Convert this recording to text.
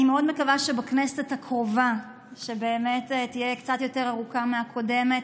אני מאוד מקווה שהכנסת הקרובה באמת תהיה קצת יותר ארוכה מהקודמת,